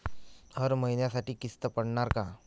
हर महिन्यासाठी किस्त पडनार का?